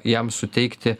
jam suteikti